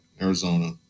Arizona